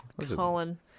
Colin